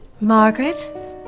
Margaret